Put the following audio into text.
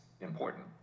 important